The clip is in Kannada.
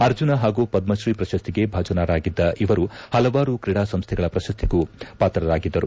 ಅರ್ಜನ ಹಾಗೂ ಪದ್ರತೀ ಪ್ರಶಸ್ತಿಗೆ ಭಾಜನರಾಗಿದ್ದ ಇವರು ಪಲವಾರು ಕ್ರೀಡಾಸಂಸ್ಟೆಗಳ ಪ್ರಶಸ್ತಿಗೂ ಪಾತ್ರರಾಗಿದ್ದರು